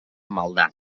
maldà